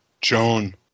Joan